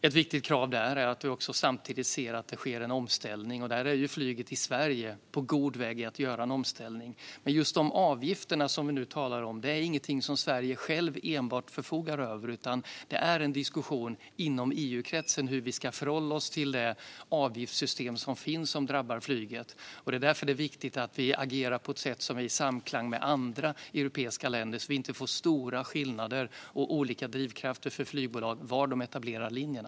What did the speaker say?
Ett viktigt krav där är att vi samtidigt ser att det sker en omställning, och det är flyget i Sverige på god väg att göra. Men just de avgifter som vi nu talar om är inte något som Sverige självt förfogar över, utan det är en diskussion inom EU-kretsen hur vi ska förhålla oss till det avgiftssystem som finns och som drabbar flyget. Det är därför det är viktigt att vi agerar på ett sätt som är i samklang med andra europeiska länder så att vi inte får stora skillnader och olika drivkrafter för flygbolag när det gäller var de etablerar linjerna.